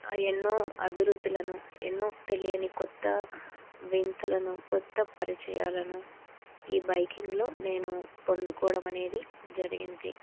ఎన్నో అభిరుచులను ఎన్నో తెలియని కొత్త వింతలను కొత్త పరిచయాలను ఈ బైకింగ్లో నేను పొందడం అనేది జరిగింది